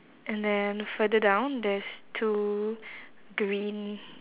and then further down there's two green